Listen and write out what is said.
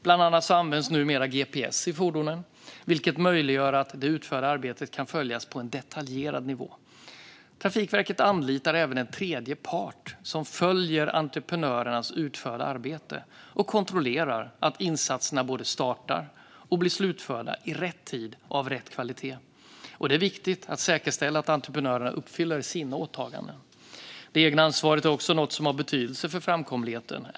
Bland annat används numera gps i fordonen, vilket gör att det utförda arbetet kan följas på en detaljerad nivå. Trafikverket anlitar även en tredje part som följer entreprenörernas utförda arbete och kontrollerar att insatser både startar och blir slutförda i rätt tid och med rätt kvalitet. Det är viktigt att säkerställa att entreprenörerna uppfyller sina åtaganden. Det egna ansvaret är också något som har betydelse för framkomligheten.